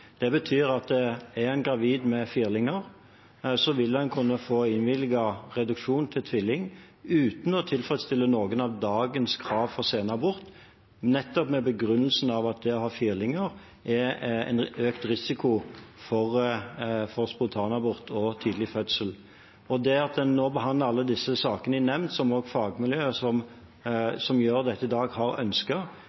Det betyr at er en gravid med firlinger, vil en kunne få innvilget reduksjon til tvilling uten å tilfredsstille noen av dagens krav for senabort, nettopp med begrunnelsen at det å ha firlinger er en økt risiko for spontanabort og for tidlig fødsel. Ved å behandle alle disse sakene i nemnd, som også fagmiljøet som